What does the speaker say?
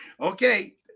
Okay